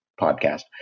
podcast